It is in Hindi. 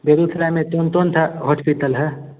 बेगूसराय में कौन कौन सा हॉस्पिटल है